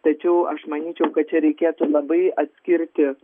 tačiau aš manyčiau kad čia reikėtų labai atskirti